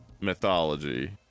mythology